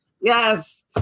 Yes